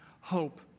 hope